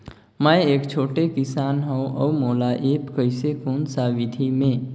मै एक छोटे किसान हव अउ मोला एप्प कइसे कोन सा विधी मे?